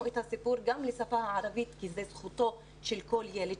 את הסיפור גם בשפה הערבית כי זו זכותו של כל ילד,